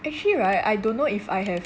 actually [right] I don't know if I have